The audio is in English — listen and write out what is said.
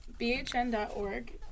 bhn.org